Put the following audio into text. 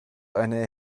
eine